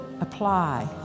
apply